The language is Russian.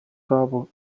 праву